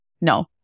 no